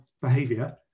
behavior